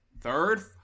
third